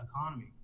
economy